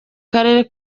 karere